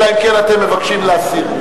אלא אם כן אתם מבקשים להסיר.